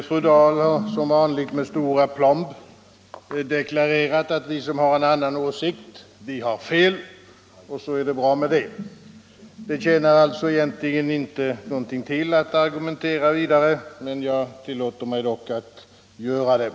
Fru talman! Fru Dahl har som vanligt med stor aplomb deklarerat att de som har en annan åsikt har fel, och därmed basta. Det tjänar alltså egentligen ingenting till att argumentera vidare, men jag tillåter mig dock att göra det.